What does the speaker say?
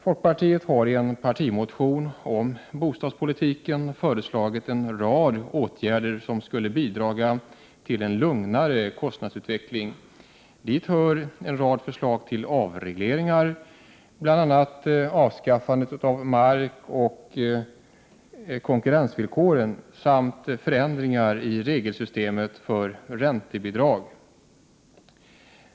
Folkpartiet har i en partimotion om bostadspolitiken föreslagit en rad åtgärder som skulle bidra till en lugnare kostnadsutveckling. Dit hör en rad förslag till avregleringar, bl.a. avskaffande av markoch konkurrensvillkoren samt förändringar i regelsystemet för räntebidrag.